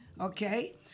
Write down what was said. okay